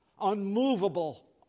unmovable